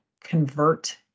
convert